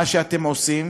מה שאתם עושים